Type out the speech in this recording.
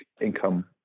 income